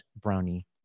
brownie